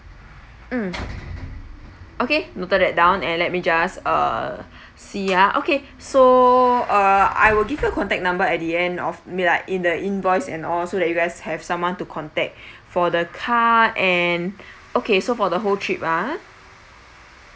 mm okay noted that down and let me just uh see ya okay so uh I will give the contact number at the end of may be like in the invoice and all so that you guys have someone to contact for the car and okay so for the whole trip ah